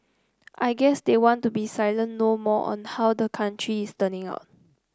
I guess they want to be silent no more on how the country is turning out